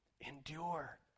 endure